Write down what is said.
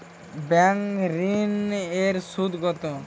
Bank ঋন এর সুদ কত?